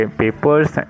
papers